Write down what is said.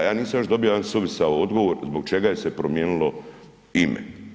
Ja nisam još dobio jedan suvisao odgovor zbog čega je se promijenilo ime.